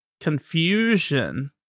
confusion